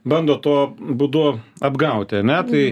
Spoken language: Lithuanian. bando tuo būdu apgauti ane tai